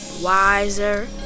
wiser